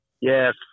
Yes